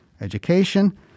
education